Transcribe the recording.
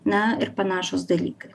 na ir panašūs dalykai